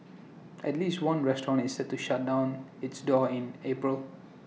at least one restaurant is set to shut down its doors in April